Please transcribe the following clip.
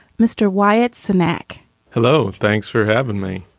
mr. wyatt cenac hello. thanks for having me.